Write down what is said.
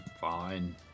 fine